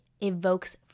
evokes